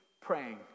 praying